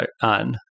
on